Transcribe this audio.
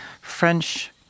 French